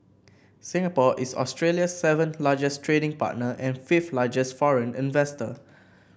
Singapore is Australia's seventh largest trading partner and fifth largest foreign investor